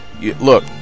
look